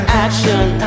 action